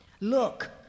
Look